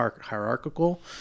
hierarchical